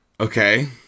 Okay